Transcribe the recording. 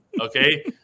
Okay